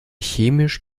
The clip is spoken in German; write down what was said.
chemisch